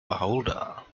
beholder